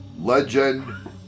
Legend